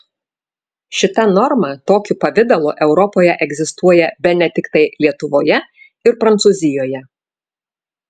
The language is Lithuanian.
šita norma tokiu pavidalu europoje egzistuoja bene tiktai lietuvoje ir prancūzijoje